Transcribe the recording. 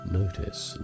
notice